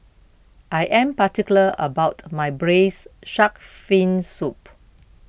I am particular about my Braised Shark Fin Soup